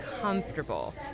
comfortable